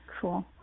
Cool